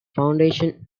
foundation